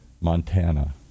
Montana